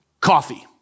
coffee